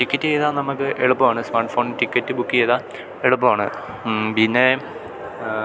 ടിക്കറ്റെടുത്താല് നമുക്കെളുപ്പമാണ് സ്മാർട്ട് ഫോണില് ticket book ചെയ്താല് എളുപ്പമാണ് പിന്നെ